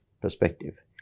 perspective